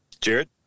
Jared